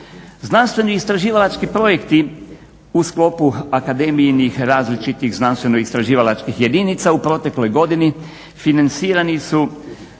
Znanstveno-istraživački projekti u sklopu akademijinih različitih znanstveno-istraživačkih jedinica u protekloj godini financirani su